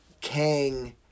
Kang